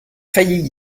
failli